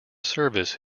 service